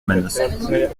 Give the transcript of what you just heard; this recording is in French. manosque